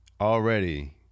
Already